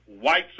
white